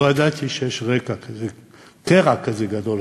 לא ידעתי שיש קרע כזה גדול,